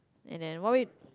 and then while it